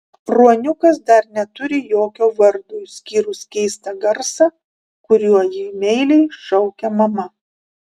ruoniukas dar neturi jokio vardo išskyrus keistą garsą kuriuo jį meiliai šaukia mama